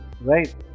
Right